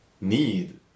need